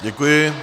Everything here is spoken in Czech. Děkuji.